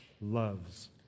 loves